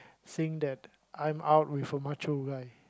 saying that I'm out with a macho guy